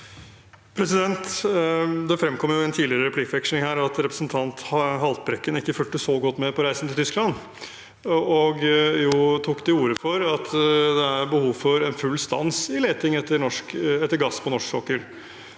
Det fremkom i en tidligere replikkveksling her at representanten Haltbrekken ikke fulgte så godt med på reisen til Tyskland. Han tok jo til orde for at det er behov for full stans i leting etter gass på norsk sokkel.